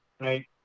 right